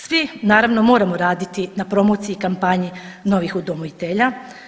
Svi naravno moramo raditi na promociji i kampanji novih udomitelja.